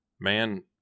man –